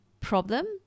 problem